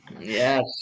Yes